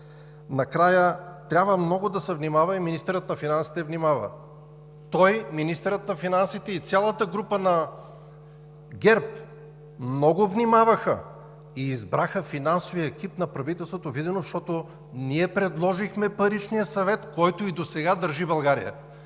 Накрая, трябва много да се внимава и министърът на финансите внимава. Той – министърът на финансите, и цялата група на ГЕРБ много внимаваха и избраха финансовия екип на правителството Виденов, защото ние предложихме Паричния съвет, който и досега държи България.